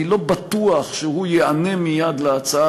אני לא בטוח שהוא ייענה מייד להצעה